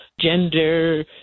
gender